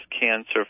cancer